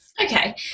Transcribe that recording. Okay